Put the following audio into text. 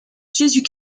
jésus